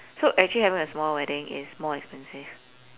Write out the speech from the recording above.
so actually having a small wedding is more expensive